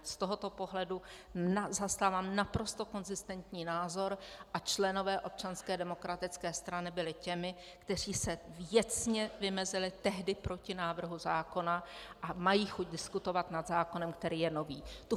Z tohoto pohledu zastávám naprosto konzistentní názor a členové Občanské demokratické strany byli těmi, kteří se věcně vymezili tehdy proti návrhu zákona, a mají chuť diskutovat nad zákonem, který je nový.